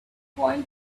point